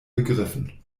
begriffen